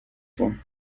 for